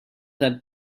that